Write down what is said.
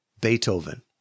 Beethoven